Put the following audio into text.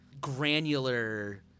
granular